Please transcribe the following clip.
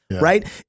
Right